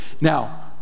Now